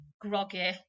groggy